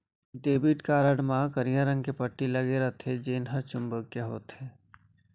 debit card म करिया रंग के पट्टी लगे रथे जेन हर चुंबकीय होथे